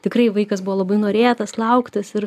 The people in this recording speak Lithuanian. tikrai vaikas buvo labai norėtas lauktas ir